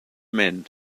men